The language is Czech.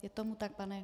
Je tomu tak, pane...?